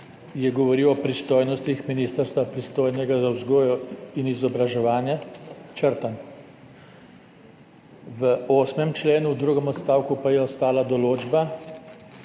je govoril o pristojnostih ministrstva, pristojnega za vzgojo in izobraževanje, črtan. V drugem odstavku 8. člena pa je ostala določba,